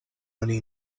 oni